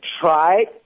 try